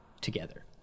together